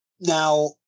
Now